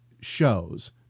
shows